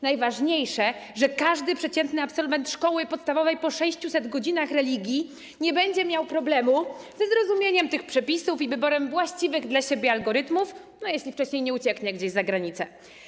Najważniejsze, że każdy przeciętny absolwent szkoły podstawowej po 600 godzinach religii nie będzie miał problemu ze zrozumieniem tych przepisów i wyborem właściwych dla siebie algorytmów, jeśli wcześniej nie ucieknie gdzieś za granicę.